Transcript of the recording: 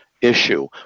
issue